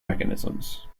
mechanisms